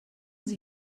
sie